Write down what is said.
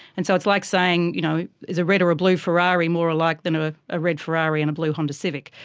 and so it's like saying you know is a red or a blue ferrari more alike than a a red ferrari and a blue honda civic.